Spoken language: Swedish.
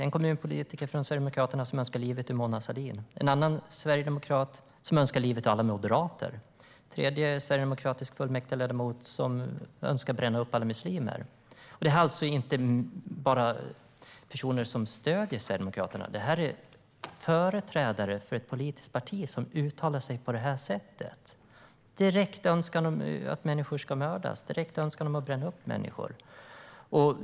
En kommunpolitiker från Sverigedemokraterna önskar livet ur Mona Sahlin. En annan sverigedemokrat önskar livet ur alla moderater. En tredje sverigedemokratisk fullmäktigeledamot önskar bränna upp alla muslimer. Det handlar inte bara om personer som stöder Sverigedemokraterna. Det är företrädare för ett politiskt parti som uttalar sig så. Det är en direkt önskan om att människor ska mördas eller brännas upp.